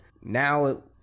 now